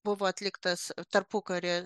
buvo atliktas tarpukarį